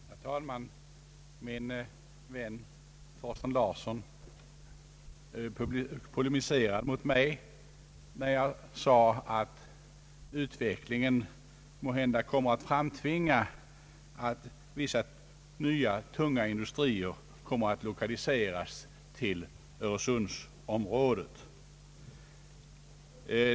Herr talman! Min vän Thorsten Larsson polemiserade mot mitt uttalande, att utvecklingen måhända kommer att framtvinga att vissa nya tunga industrier lokaliseras till Öresundsområdet.